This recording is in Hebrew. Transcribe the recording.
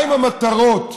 מהן המטרות,